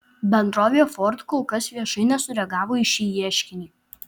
bendrovė ford kol kas viešai nesureagavo į šį ieškinį